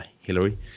Hillary